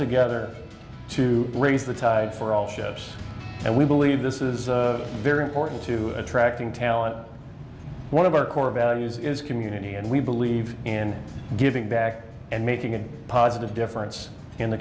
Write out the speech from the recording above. together to raise the tide for all ships and we believe this is very important to attracting talent one of our core values is community and we believe in giving back and making a positive difference in the